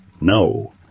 No